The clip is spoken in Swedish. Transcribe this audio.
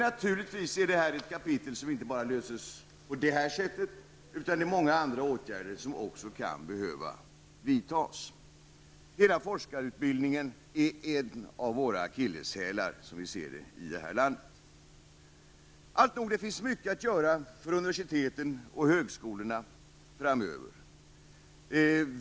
Naturligtvis är detta en fråga som inte bara löses på det sättet, utan många andra åtgärder kan också behöva vidtas. Hela forskarutbildningen är, som vi ser det, en av våra akilleshälar. Det finns alltnog mycket att göra för universiteten och högskolorna framöver.